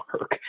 work